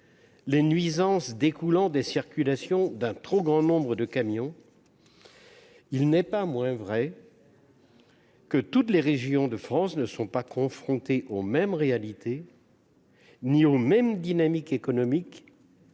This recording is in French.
les nuisances découlant de la circulation d'un trop grand nombre de camions, il n'en reste pas moins que toutes les régions de France ne sont pas confrontées aux mêmes réalités ni aux mêmes dynamiques économiques